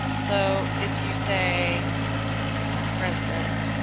so if you say for instance